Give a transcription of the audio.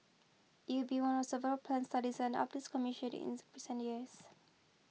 it be one of several plans studies and updates commissioned ins recent years